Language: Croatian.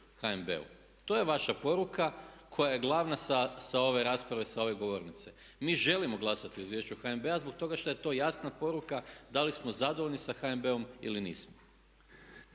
To je vaša poruka koja je glavna sa ove rasprave, sa ove govornice. Mi želimo glasati o izvješću HNB-a zbog toga što je to jasna poruka da li smo zadovoljni sa HNB-om ili nismo.